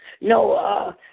no